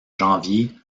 janvier